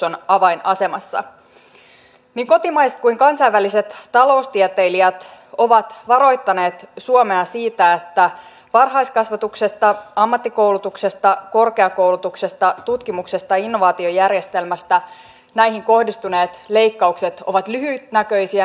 on tosiasia että työministeri lauri ihalaisen aikana tämän maan työttömyys paheni ja nyt tämän uuden hallituksen on pakko toimia ja kantaa vastuuta